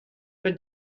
for